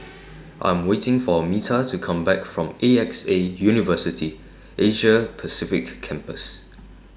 I'm waiting For Metta to Come Back from A X A University Asia Pacific Campus